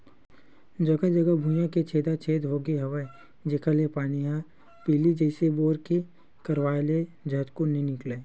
जघा जघा भुइयां के छेदा छेद होगे हवय जेखर ले पानी ह पहिली जइसे बोर के करवाय ले झटकुन नइ निकलय